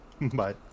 Bye